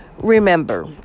Remember